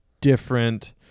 different